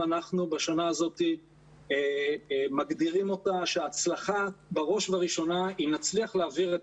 אנחנו בשנה הזאת מגדירים אותה שההצלחה בראש ובראשונה אם נצליח להעביר את